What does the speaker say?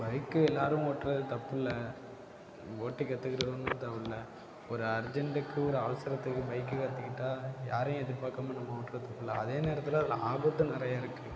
bike எல்லோரும் ஓட்டுறது தப்பில்ல ஓட்டி கற்றுக்கிறது ஒன்றும் தவறில்லை ஒரு அர்ஜெண்ட்டுக்கு ஒரு அவசரத்துக்கு பைக்கு கற்றுக்கிட்டா யாரையும் எதிர்பார்க்காம நம்ம ஓட்டுறத்துக்கு அதே நேரத்தில் அதில் ஆபத்தும் நிறைய இருக்கு